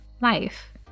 life